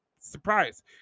surprise